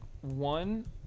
one